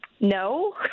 No